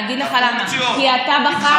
אני אגיד לך למה, כי אתה בחרת.